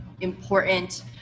important